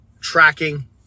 tracking